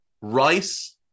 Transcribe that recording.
Rice